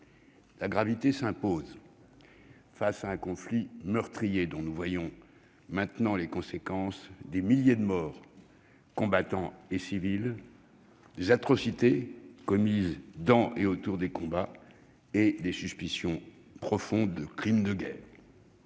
la gravité s'impose face à un conflit meurtrier dont nous voyons désormais les conséquences : des milliers de morts, combattants et civils, des atrocités commises dans et autour des combats et des suspicions profondes de crimes de guerre.